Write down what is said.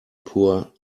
poor